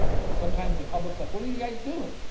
and sometimes the public is like, what are you guys doing?